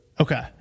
Okay